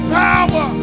power